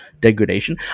degradation